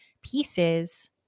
pieces